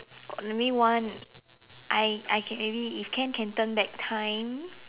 oh let me one I I can maybe if can can turn back time